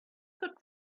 got